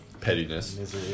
pettiness